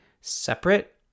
separate